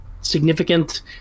significant